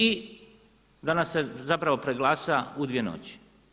I danas se zapravo preglasa u dvije noći.